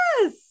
yes